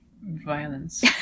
violence